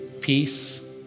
Peace